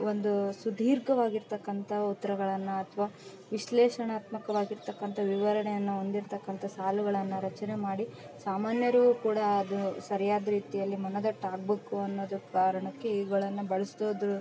ಒಂದು ಸುದೀರ್ಘವಾಗಿ ಇರ್ತಕ್ಕಂಥ ಉತ್ರ್ಗಳನ್ನು ಅಥ್ವಾ ವಿಶ್ಲೇಷಣಾತ್ಮಕವಾಗಿ ಇರ್ತಕ್ಕಂಥ ವಿವರಣೆಯನ್ನು ಹೊಂದಿರ್ತಕ್ಕಂಥ ಸಾಲುಗಳನ್ನು ರಚನೆ ಮಾಡಿ ಸಾಮಾನ್ಯರು ಕೂಡ ಅದು ಸರಿಯಾದ ರೀತಿಯಲ್ಲಿ ಮನದಟ್ಟು ಆಗ್ಬೇಕು ಅನ್ನೋದಕ್ಕೆ ಕಾರಣಕ್ಕೆ ಇವ್ಗಳನ್ನು ಬಳ್ಸ್ತಿದ್ರು